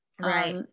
Right